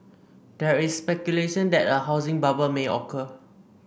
there is speculation that a housing bubble may occur